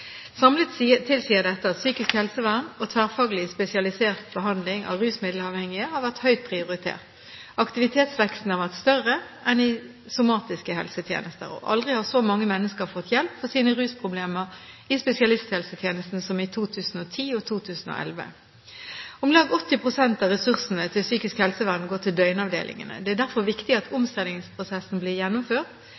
Samlet tilsier dette at psykisk helsevern og tverrfaglig spesialisert behandling av rusmiddelavhengige har vært høyt prioritert. Aktivitetsveksten har vært større enn i somatiske helsetjenester, og aldri har så mange mennesker fått hjelp for sine rusproblemer i spesialisthelsetjenesten som i 2010 og 2011. Om lag 80 pst. av ressursene til psykisk helsevern går til døgnavdelingene. Det er derfor viktig at